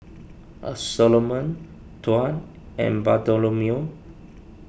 A Soloman Tuan and Bartholomew